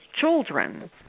children